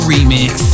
Remix